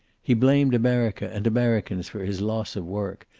he blamed america and americans for his loss of work,